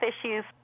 issues